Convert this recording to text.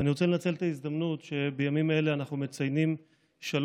ואני רוצה לנצל את ההזדמנות שבימים אלה אנחנו מציינים שלוש